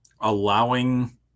allowing